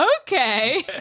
Okay